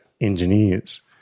engineers